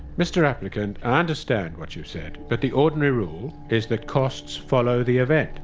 mr applicant, i understand what you've said, but the ordinary rule is that costs follow the event.